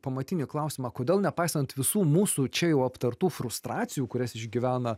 pamatinį klausimą kodėl nepaisant visų mūsų čia jau aptartų frustracijų kurias išgyvena